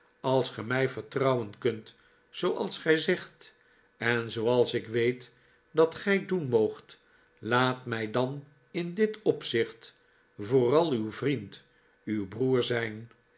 als ge mij vertrouwen kunt zooals gij zegt en zooals ik weet dat gij doen moogt laat mij dan in dit opzicht vooral uw vriend uw broer zijn